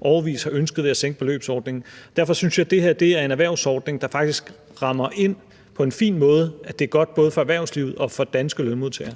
årevis har ønsket det ved at sænke beløbsordningen. Derfor synes jeg, at det her er en erhvervsordning, der på en fin måde rammer ind, at det faktisk er godt for både erhvervslivet og for danske lønmodtagere.